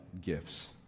gifts